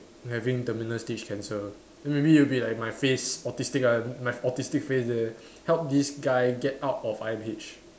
having terminal stage cancer then maybe you be like my face autistic lah my autistic face there help this guy get out of I_M_H